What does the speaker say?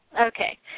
Okay